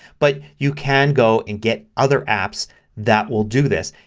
but you can go and get other apps that will do this.